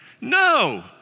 No